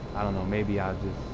i don't know, maybe i'll just.